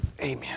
Amen